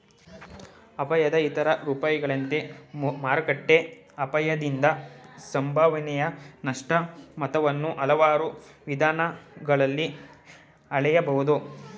ಅಪಾಯದ ಇತರ ರೂಪಗಳಂತೆ ಮಾರುಕಟ್ಟೆ ಅಪಾಯದಿಂದಾಗಿ ಸಂಭವನೀಯ ನಷ್ಟ ಮೊತ್ತವನ್ನ ಹಲವಾರು ವಿಧಾನಗಳಲ್ಲಿ ಹಳೆಯಬಹುದು